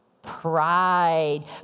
Pride